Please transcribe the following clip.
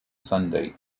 sunday